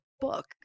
book